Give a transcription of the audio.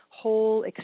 whole